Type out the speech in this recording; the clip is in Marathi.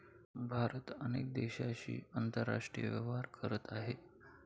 भारत अनेक देशांशी आंतरराष्ट्रीय व्यापार करत आहे